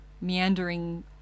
meandering